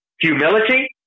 humility